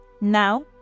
Now